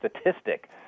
statistic